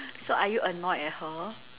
so are you annoyed at her